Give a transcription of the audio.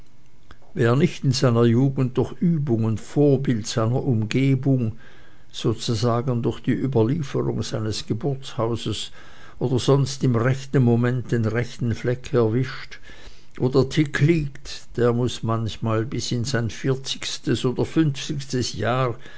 wer nicht in seiner lugend durch übung und vorbild seiner umgebung sozusagen durch die überlieferung seines geburtshauses oder sonst im rechten moment den rechten fleck erwischt wo der tick liegt der muß manchmal bis in sein vierzigstes oder fünfzigstes jahr